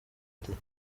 dieu